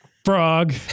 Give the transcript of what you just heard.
frog